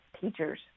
teachers